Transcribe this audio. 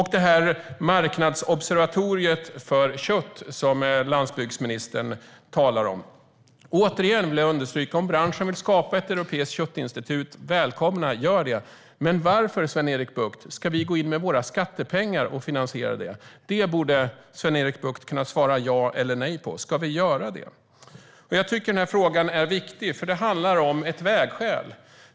När det gäller marknadsobservatoriet för kött, som landsbygdsministern talar om, vill jag återigen understryka följande: Om branschen vill skapa ett europeiskt köttinstitut välkomnar jag det. Gör det! Men varför, Sven-Erik Bucht, ska vi gå in med våra skattepengar och finansiera det? Det borde Sven-Erik Bucht kunna svara på. Ska vi göra det, ja eller nej? Jag tycker att frågan är viktig, för det handlar om ett vägskäl.